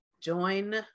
join